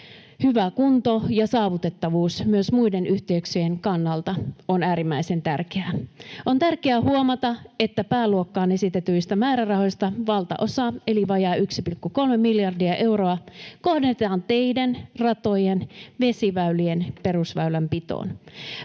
hyvä kunto ja saavutettavuus myös muiden yhteyksien kannalta ovat äärimmäisen tärkeitä. On tärkeää huomata, että pääluokkaan esitetyistä määrärahoista valtaosa eli vajaat 1,3 miljardia euroa kohdennetaan teiden, ratojen ja vesiväylien perusväylänpitoon.